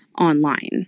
online